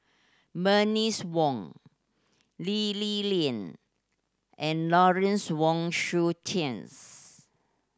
Bernice Wong Lee Li Lian and Lawrence Wong Shyun